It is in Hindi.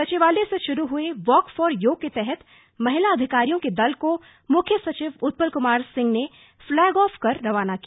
सचिवालय से शुरू हए वॉक फॉर योग के तहत महिला अधिकारियों के दल को मुख्य सचिव उत्पल कुमार सिंह ने फ्लैग ऑफ कर रवाना किया